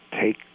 take